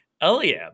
Eliab